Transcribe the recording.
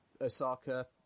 Osaka